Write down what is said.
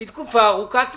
היא תקופה ארוכת טווח.